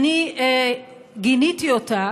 גיניתי אותה